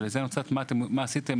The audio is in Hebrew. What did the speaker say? ואני רוצה לדעת מה עשיתם בעניין,